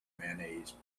mayonnaise